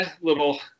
little